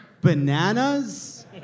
bananas